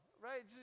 right